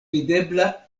videbla